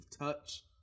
touch